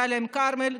דאלית אל-כרמל,